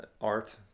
art